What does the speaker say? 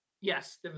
Yes